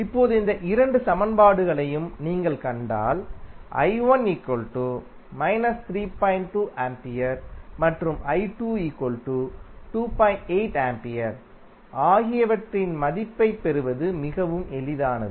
இப்போது இந்த இரண்டு சமன்பாடுகளையும் நீங்கள் கண்டால் மற்றும் A ஆகியவற்றின் மதிப்பைப் பெறுவது மிகவும் எளிதானது